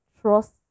trust